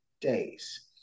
days